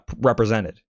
represented